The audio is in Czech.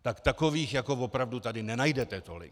Tak takových opravdu tady nenajdete tolik.